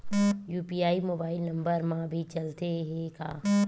UPI mobile number मा भी चलते हे का?